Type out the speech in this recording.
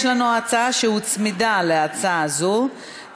יש לנו הצעה שהוצמדה להצעה הזאת,